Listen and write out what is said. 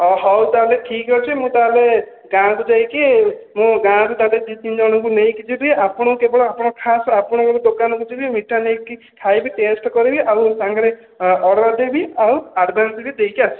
ହଁ ହଉ ତାହେଲେ ଠିକ୍ ଅଛି ମୁଁ ତାହେଲେ ଗାଁ କୁ ଯାଇକି ମୁଁ ଗାଁ କୁ ତାହେଲେ ଦୁଇ ତିନି ଜଣ କୁ ନେଇକି ଯିବି ଆପଣ କେବଳ ଆପଣ ଖାସ୍ ଆପଣଙ୍କ ର ଦୋକାନ କୁ ଯିବି ମିଠା ନେଇକି ଖାଇବି ଟେଷ୍ଟ କରିବି ଆଉ ସାଙ୍ଗ ରେ ଅର୍ଡର ଦେବି ଆଉ ଆଡଭାନ୍ସ ବି ଦେଇକି ଆସିବି